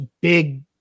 big